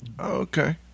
Okay